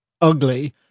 ugly